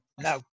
No